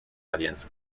audience